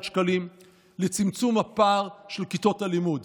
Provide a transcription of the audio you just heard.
שקלים לצמצום הפער של כיתות הלימוד.